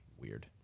Weird